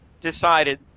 decided